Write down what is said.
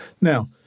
Now